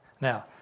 now